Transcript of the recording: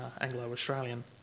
Anglo-Australian